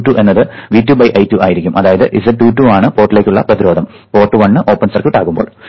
Z22 എന്നത് V2 I2 ആയിരിക്കും അതായത് Z22 ആണ് പോർട്ടിലേക്ക് ഉള്ള പ്രതിരോധം പോർട്ട് 1 ഓപ്പൺ സർക്യൂട്ട്ആകുമ്പോൾ